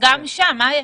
גם שם יש